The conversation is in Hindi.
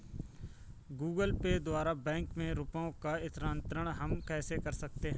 गूगल पे द्वारा बैंक में रुपयों का स्थानांतरण हम कैसे कर सकते हैं?